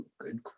Good